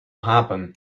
happen